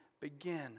begin